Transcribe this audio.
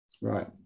Right